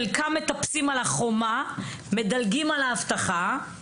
חלקם מטפסים על החומה, מדלגים על האבטחה.